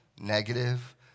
negative